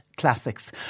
classics